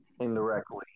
indirectly